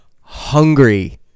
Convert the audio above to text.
hungry